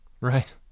right